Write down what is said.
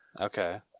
Okay